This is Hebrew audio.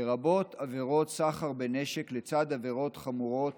לרבות עבירות סחר בנשק, לצד עבירות חמורות